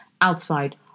outside